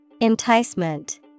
Enticement